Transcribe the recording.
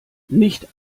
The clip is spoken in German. nicht